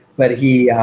but he